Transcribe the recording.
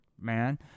man